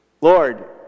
Lord